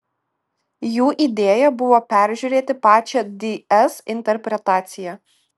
jų idėja buvo peržiūrėti pačią ds interpretaciją